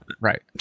right